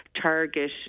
target